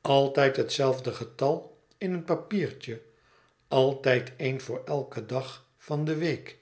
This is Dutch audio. altijd hetzelfde getal in een papiertje altijd een voor eiken dag van de week